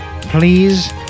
please